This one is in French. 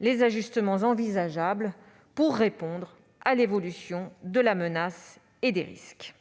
les ajustements envisageables pour répondre à l'évolution de la menace et des risques.